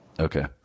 okay